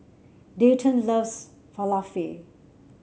Dayton loves Falafel